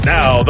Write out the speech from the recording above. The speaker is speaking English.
Now